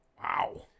Wow